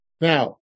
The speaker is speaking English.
Now